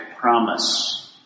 promise